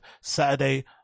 Saturday